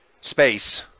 space